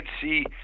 see